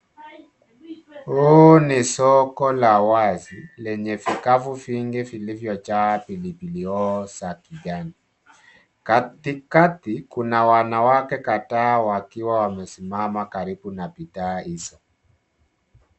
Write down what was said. Huu ni soko la wazi lenye vikapu vingi vilivyojaa pilipili hoho za kijani. Katikati, kuna wanawake kadhaa wakiwa wamesimama karibu na bidhaa hizi.